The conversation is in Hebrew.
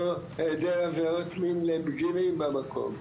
או היעדר עבירות מין לבגירים במקום,